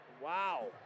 Wow